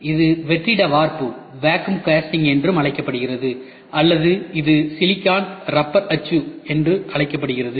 இது வெற்றிட வார்ப்பு என்றும் அழைக்கப்படுகிறது அல்லது இது சிலிக்கான் ரப்பர் அச்சு என்றும் அழைக்கப்படுகிறது